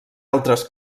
altres